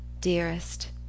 DEAREST